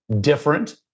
different